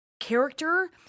Character